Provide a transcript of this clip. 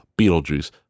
Beetlejuice